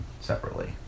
separately